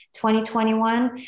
2021